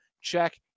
Check